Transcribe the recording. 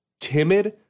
timid